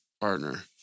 partner